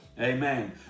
amen